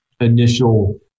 initial